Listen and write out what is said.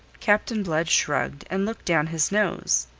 captain blood shrugged, and looked down his nose.